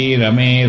rame